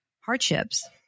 hardships